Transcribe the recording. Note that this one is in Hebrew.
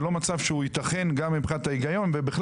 זה לא מצב שהוא ייתכן גם מבחינת ההיגיון וגם